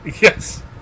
Yes